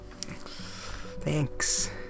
Thanks